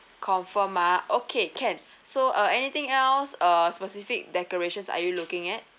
confirm ah okay can so uh anything else uh specific decorations are you looking at